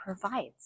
provides